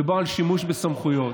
מדובר על שימוש בסמכויות,